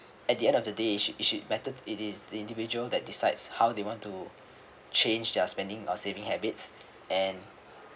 at the end of the day it should it should be better it is the individual that decides how they want to change their spending or saving habits and